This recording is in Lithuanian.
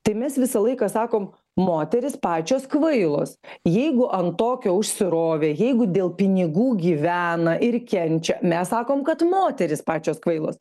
tai mes visą laiką sakom moterys pačios kvailos jeigu ant tokio užsirovė jeigu dėl pinigų gyvena ir kenčia mes sakom kad moterys pačios kvailos